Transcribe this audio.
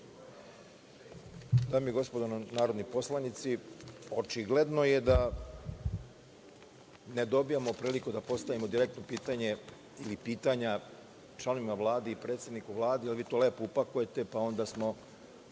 Dame i gospodo narodni poslanici, očigledno je da ne dobijamo priliku da postavimo direktno pitanje ili pitanja članovima Vlade i predsedniku Vlade, vi to lepo upakujete pa onda smo